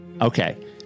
Okay